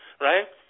right